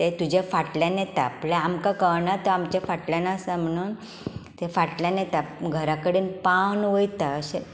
ते तुज्या फाटल्यान येता प्ल आमकां कळना तो आमच्या फाटल्यान आसा म्हणून ते फाटल्यान येता घरा कडेन पावन वयता अशें